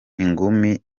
ingumi